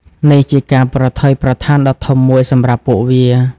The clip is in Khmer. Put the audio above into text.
នេះជាការប្រថុយប្រថានដ៏ធំមួយសម្រាប់ពួកវា។